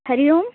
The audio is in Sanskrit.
हरिः ओम्